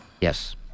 Yes